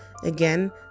Again